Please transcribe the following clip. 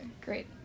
great